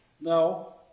No